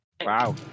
wow